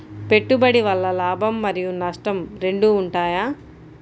పెట్టుబడి వల్ల లాభం మరియు నష్టం రెండు ఉంటాయా?